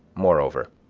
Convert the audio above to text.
moreover,